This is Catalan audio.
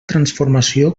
transformació